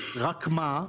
רק מה?